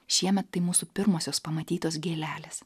šiemet tai mūsų pirmosios pamatytos gėlelės